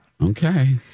Okay